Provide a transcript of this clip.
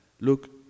Look